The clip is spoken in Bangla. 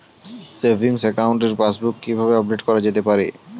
সেভিংস একাউন্টের পাসবুক কি কিভাবে আপডেট করা যেতে পারে?